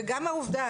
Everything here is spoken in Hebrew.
וגם העובדה,